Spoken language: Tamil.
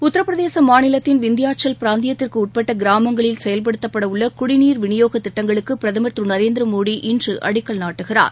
உத்தரப்பிரதேச மாநிலத்தின் விந்தியாச்சல் பிராந்தியத்திற்கு உட்பட்ட கிராமங்களில் செயல்படுத்தப்பட உள்ள குடிநீர் விநியோகத் திட்டங்களுக்கு பிரதமர் திரு நரேந்திர மோடி இன்று அடிக்கல் நாட்டுகிறார்